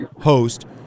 host